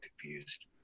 confused